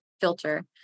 filter